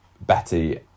Betty